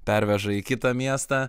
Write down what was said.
perveža į kitą miestą